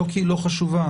זה עניין חשוב,